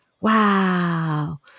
Wow